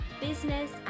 business